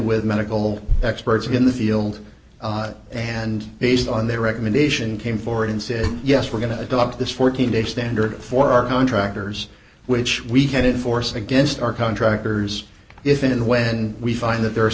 with medical experts in the field and based on their recommendation came forward and said yes we're going to adopt this fourteen day standard for our contractors which we can force against our contractors if and when we find that there